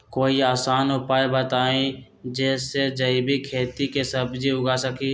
कोई आसान उपाय बताइ जे से जैविक खेती में सब्जी उगा सकीं?